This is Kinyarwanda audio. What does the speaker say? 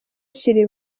bakiri